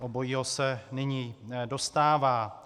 Obojího se nyní dostává.